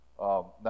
Now